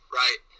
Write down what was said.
right